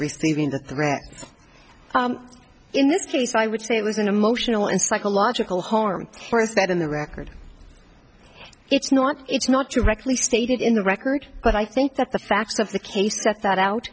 receiving the threat in this case i would say it was an emotional and psychological harm or is that in the record it's not it's not directly stated in the record but i think that the facts of the case that that out